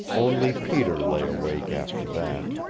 only peter lay awake after that.